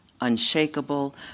unshakable